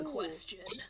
question